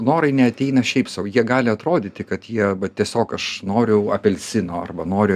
norai neateina šiaip sau jie gali atrodyti kad jie va tiesiog aš noriu apelsino arba noriu